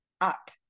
up